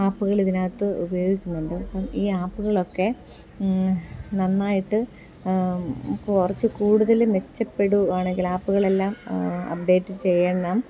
ആപ്പുകൾ ഇതിനകത്ത് ഉപയോഗിക്കുന്നുണ്ട് അപ്പം ഈ ആപ്പുകളൊക്കെ നന്നായിട്ട് കുറച്ചു കൂടുതൽ മെച്ചപ്പെടുകയാണെങ്കിൽ ആപ്പുകളെല്ലാം അപ്ഡേറ്റ് ചെയ്യണം